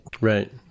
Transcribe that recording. right